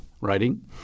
writing